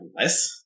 less